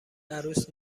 عروس